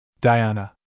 Diana